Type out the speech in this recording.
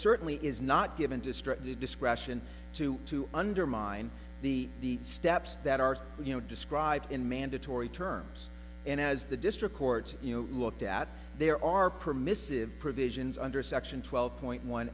certainly is not given to strictly discretion to to undermine the steps that are you know described in mandatory terms and as the district court looked at there are permissive provisions under section twelve point one